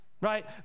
right